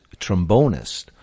trombonist